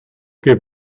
give